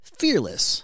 fearless